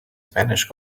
spanish